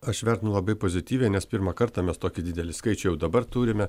aš vertinu labai pozityviai nes pirmą kartą mes tokį didelį skaičių jau dabar turime